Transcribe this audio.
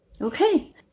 Okay